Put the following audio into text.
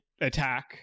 attack